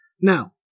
Now